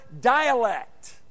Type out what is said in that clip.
dialect